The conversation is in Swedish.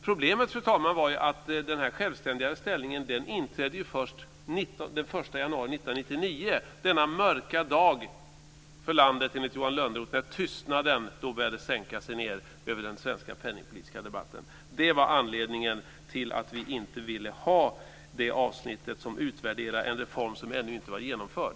Problemet var, fru talman, att den självständigare ställningen inträdde först den 1 januari 1999, denna mörka dag för landet, enligt Johan Lönnroth, när tystnaden började sänka sig över den svenska penningpolitiska debatten. Det var anledningen till att vi inte ville ha det avsnittet om att utvärdera en reform som ännu inte var genomförd.